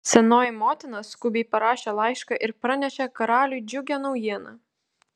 senoji motina skubiai parašė laišką ir pranešė karaliui džiugią naujieną